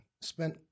spent